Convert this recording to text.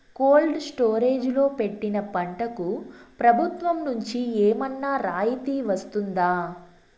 Cold storage లో పెట్టిన పంటకు ప్రభుత్వం నుంచి ఏమన్నా రాయితీ వస్తుందా?